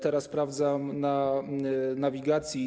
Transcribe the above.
Teraz sprawdzam na nawigacji.